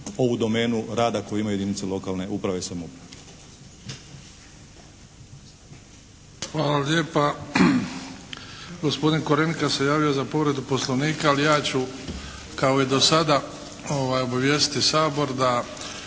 ovu domenu rada koju imaju jedinice lokalne uprave i samouprave. **Bebić, Luka (HDZ)** Hvala lijepa. Gospodin Korenika se javio za povredu Poslovnika, a ja ću kao i do sada obavijestiti Sabor da